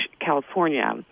california